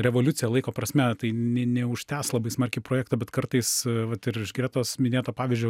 revoliucija laiko prasme tai nė neužtęs labai smarkiai projekto bet kartais vat ir iš gretos minėto pavyzdžio